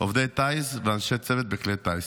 עובדי טיס ואנשי צוות בכלי טיס.